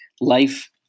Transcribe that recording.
life